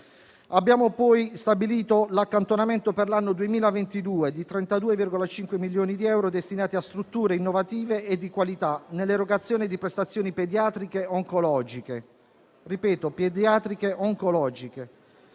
Abbiamo poi stabilito l'accantonamento, per l'anno 2022, di 32,5 milioni di euro destinati a strutture innovative e di qualità nell'erogazione di prestazioni pediatriche oncologiche. Mai come